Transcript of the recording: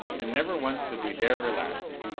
and never once did we dare relax.